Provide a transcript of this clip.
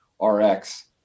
RX